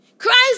Christ